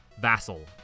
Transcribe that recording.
Vassal